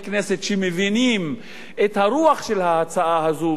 כנסת שמבינים את הרוח של ההצעה הזאת,